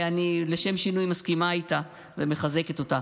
ולשם שינוי אני מסכימה אותה ומחזקת אותה.